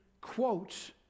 quotes